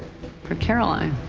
for caroline.